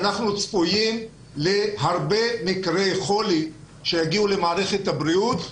אנחנו צפויים להרבה מקרי חולי שיגיעו למערכת הבריאות.